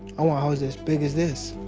i want a house as big as this.